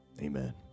amen